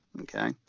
Okay